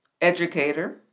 educator